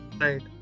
Right